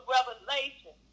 Revelation